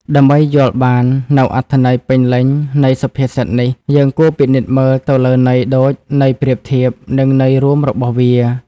ដើម្បីយល់បាននូវអត្ថន័យពេញលេញនៃសុភាសិតនេះ យើងគួរពិនិត្យមើលទៅលើន័យដូច ន័យប្រៀបធៀប និងន័យរួមរបស់វា។